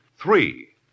Three